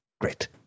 Great